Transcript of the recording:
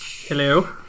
Hello